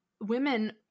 women